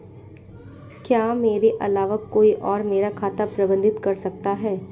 क्या मेरे अलावा कोई और मेरा खाता प्रबंधित कर सकता है?